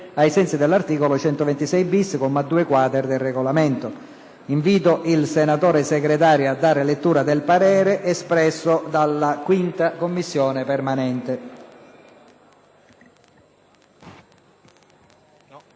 ai sensi dell’articolo 126-bis, comma 2-quater, del Regolamento. Invito il senatore Segretario a dar lettura del parere espresso dalla 5ª Commissione permanente.